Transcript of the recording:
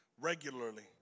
Regularly